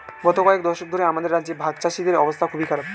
গত কয়েক দশক ধরে আমাদের রাজ্যে ভাগচাষীদের অবস্থা খুবই খারাপ